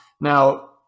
Now